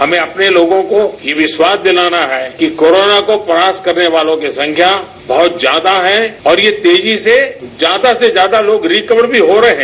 हमें अपने लोगों को यह विश्वास दिलाना है कि कोरोना से परास्त करने वालों की संख्या बहुत जयादा है और यह तेजी से ज्यादा से ज्यादा लोग रिकवर भी हो रहे हैं